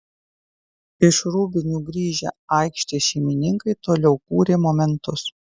iš rūbinių grįžę aikštės šeimininkai toliau kūrė momentus